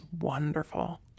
wonderful